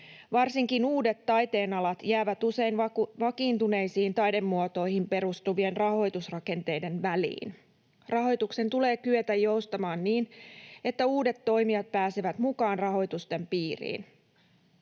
Varsinkin uudet taiteenalat jäävät usein vakiintuneisiin taidemuotoihin perustuvien rahoitusrakenteiden väliin. Rahoituksen tulee kyetä joustamaan niin, että uudet toimijat pääsevät mukaan rahoitusten piiriin.